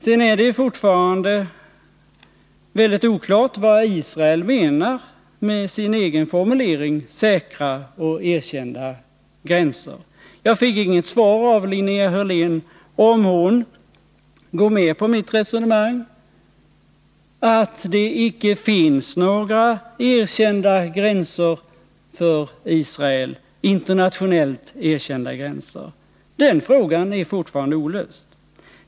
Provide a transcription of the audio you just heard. Det är fortfarande mycket oklart vad Israel menar med sin egen formulering ”säkra och erkända gränser”. Jag fick inget svar av Linnea Hörlén och vet således inte om hon går med på mitt påstående att Israel inte har några internationellt erkända gränser. Den frågan är fortfarande olöst.